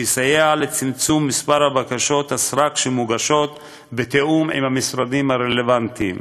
זה יסייע לצמצום מספר בקשות הסרק שמוגשות בתיאום עם המשרדים הרלוונטיים.